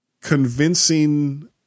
convincing